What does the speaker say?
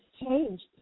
changed